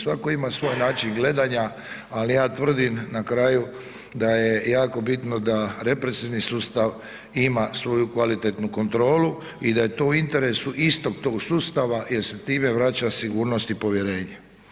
Svatko ima svoj način gledanja, ali ja tvrdim na kraju da je jako bitno da represivni sustav ima svoju kvalitetnu kontrolu i da je to u interesu istog tog sustava jer se time vraća sigurnost i povjerenje.